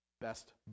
best